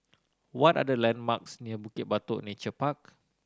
what are the landmarks near Bukit Batok Nature Park